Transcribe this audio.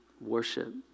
worship